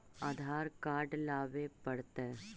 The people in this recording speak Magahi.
आधार कार्ड लाबे पड़तै?